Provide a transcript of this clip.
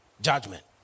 judgment